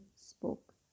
spoke